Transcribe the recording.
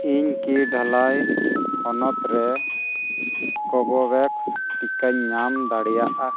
ᱤᱧ ᱠᱤ ᱰᱷᱟᱞᱟᱭ ᱦᱚᱱᱚᱛ ᱨᱮ ᱠᱳᱼᱵᱷᱮᱠᱥ ᱴᱤᱠᱟᱹᱧ ᱧᱟᱢ ᱫᱟᱲᱮᱭᱟᱜᱼᱟ